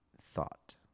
thought